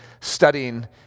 studying